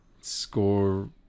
score